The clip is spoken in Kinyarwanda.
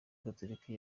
gatolika